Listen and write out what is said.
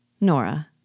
Nora